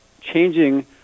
changing